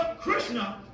Krishna